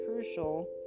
crucial